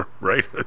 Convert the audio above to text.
right